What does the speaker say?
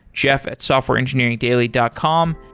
jeff at softwareengineeringdaily dot com,